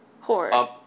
horror